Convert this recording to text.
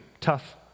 Tough